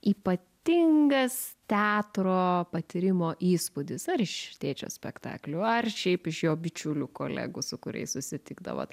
ypatingas teatro patyrimo įspūdis ar iš tėčio spektaklių ar šiaip iš jo bičiulių kolegų su kuriais susitikdavot